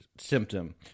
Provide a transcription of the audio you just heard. symptom